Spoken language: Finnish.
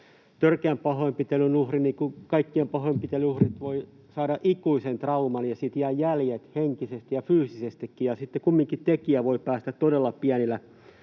Törkeän pahoinpitelyn uhri, niin kuin kaikkien pahoinpitelyjen uhrit, voi saada ikuisen trauman. Siitä jää jäljet henkisesti ja fyysisestikin, ja sitten kumminkin tekijä voi päästä todella pienillä